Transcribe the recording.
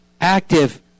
active